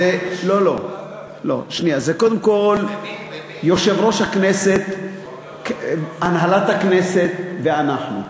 קודם כול, יושב-ראש הכנסת, הנהלת הכנסת ואנחנו.